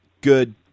good